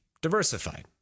diversified